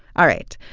all right.